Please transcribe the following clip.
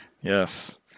Yes